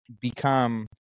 become